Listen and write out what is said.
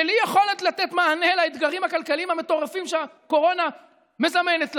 בלי יכולת לתת מענה לאתגרים הכלכליים המטורפים שהקורונה מזמנת לנו,